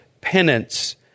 penance